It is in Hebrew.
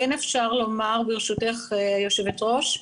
ברשותך היושבת ראש,